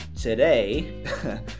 today